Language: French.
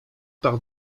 par